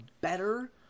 better